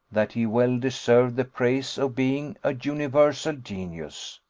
that he well deserved the praise of being a universal genius.